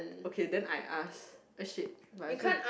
okay then I ask then shit might as well